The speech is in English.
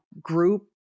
group